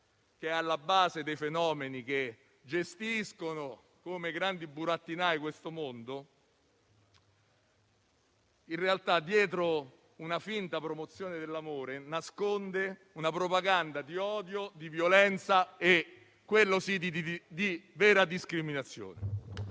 che è alla base dei fenomeni che gestiscono come grandi burattinai questo mondo, in realtà, dietro una finta promozione dell'amore, nasconda una propaganda di odio, di violenza e, quello sì, di vera discriminazione.